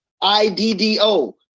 I-D-D-O